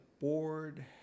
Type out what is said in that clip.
board